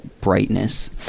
brightness